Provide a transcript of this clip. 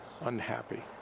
unhappy